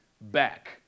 back